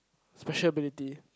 special ability